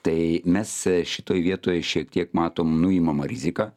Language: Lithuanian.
tai mes šitoj vietoj šiek tiek matom nuimama rizika